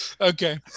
Okay